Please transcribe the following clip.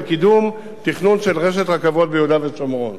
קידום תכנון של רשת רכבות ביהודה ושומרון.